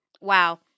Wow